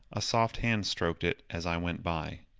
a soft hand stroked it as i went by.